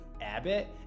abbott